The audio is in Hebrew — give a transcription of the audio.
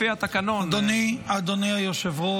לפי התקנון -- אדוני היושב-ראש,